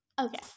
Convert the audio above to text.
Okay